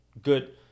good